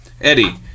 Eddie